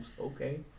okay